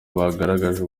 bagaragaje